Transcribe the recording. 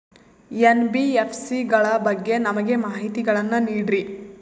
NBFC ಗಳ ಬಗ್ಗೆ ನಮಗೆ ಮಾಹಿತಿಗಳನ್ನ ನೀಡ್ರಿ?